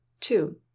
two